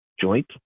joint